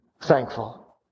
thankful